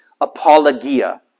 apologia